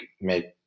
make